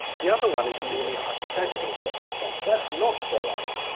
the other one is a merely hypothetical circumstance. that's not where i am.